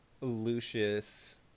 lucius